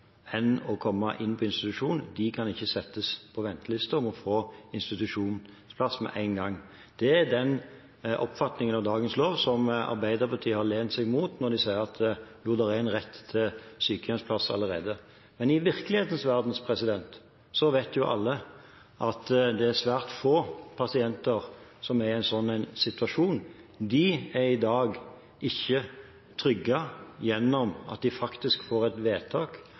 Men i virkelighetens verden vet alle at det er svært få pasienter som er i en sånn situasjon. De er i dag ikke trygge på at de faktisk får et vedtak